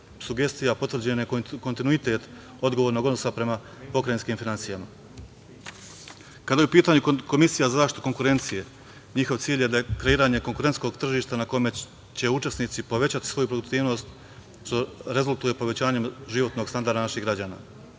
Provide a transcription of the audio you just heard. sugestija potvrđen je kontinuitet odgovornog odnosa prema pokrajinskim finansijama. Kada je u pitanju Komisija za zaštitu konkurencije, njihov cilj je kreiranje konkurentskog tržišta na kome će učesnici povećati svoju produktivnost, što rezultuje povećanjem životnog standarda naših građana.